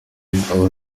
bihembo